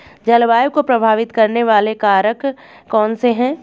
जलवायु को प्रभावित करने वाले कारक कौनसे हैं?